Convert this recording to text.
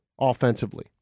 offensively